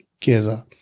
together